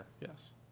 Yes